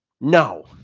No